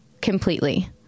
completely